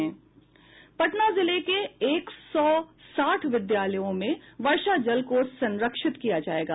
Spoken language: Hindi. पटना जिले के एक सौ साठ विद्यालयों में वर्षा जल को संरक्षित किया जायेगा